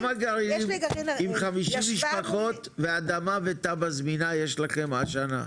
כמה גרעינים עם 50 משפחות ותב"ע זמינה יש לכם השנה?